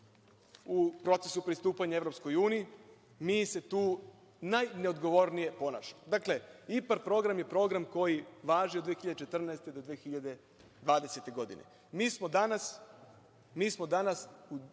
u procesu pristupanja Evropskoj uniji, mi se tu najneodgovornije ponašamo. Dakle, IPAR program je program koji važi od 2014. do 2020. godine. Mi smo danas u